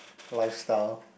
lifestyle